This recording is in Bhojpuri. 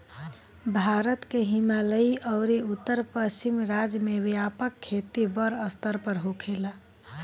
भारत के हिमालयी अउरी उत्तर पश्चिम राज्य में व्यापक खेती बड़ स्तर पर होखेला